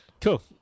Cool